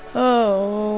oh,